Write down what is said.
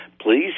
please